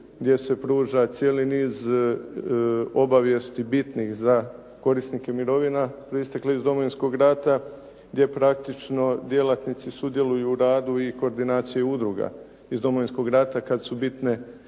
gdje se pruža cijeli niz obavijesti bitnih za korisnike mirovina pristiglih iz Domovinskog rata gdje praktično djelatnici sudjeluju u radu i koordinaciji udruga iz Domovinskog rata kada su bitne